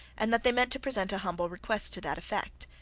and that they meant to present a humble request to that effect.